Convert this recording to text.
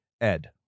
Ed